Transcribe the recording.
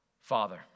Father